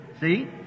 See